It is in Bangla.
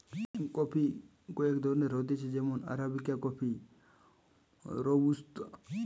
কফি কয়েক ধরণের হতিছে যেমন আরাবিকা কফি, রোবুস্তা